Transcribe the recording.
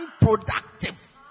unproductive